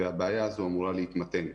והבעיה הזו אמורה להתמתן.